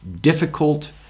difficult